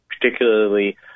particularly